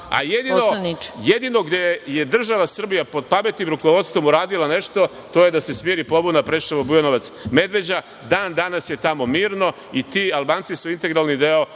a jedino gde je država Srbija pod pameti rukovodstvom uradila nešto, to je da se smiri pobuna Preševo – Bujanovac – Medveđa, dan danas je tamo mirno i ti Albanci su integralni deo